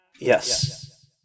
Yes